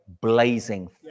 blazing